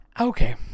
okay